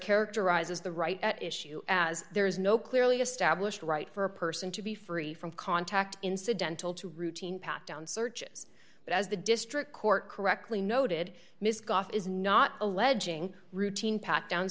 characterizes the right at issue as there is no clearly established right for a person to be free from contact incidental to routine pat down searches but as the district court correctly noted miss golf is not alleging routine pat down